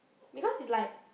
because it's like